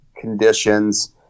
conditions